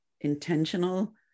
intentional